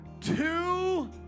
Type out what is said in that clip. two